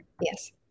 yes